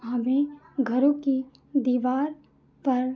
हमें घरों की दीवार पर